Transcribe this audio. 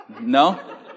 No